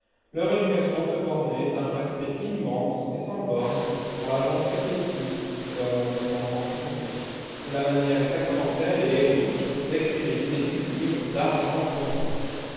leur éducation se bornait à un respect immense et sans bornes pour l'argent sec et liquide comme on dit en franche-comté c'est la manière sacramentelle et héroïque d'exprimer l'idée sublime d'argent comptant